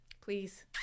Please